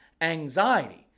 Anxiety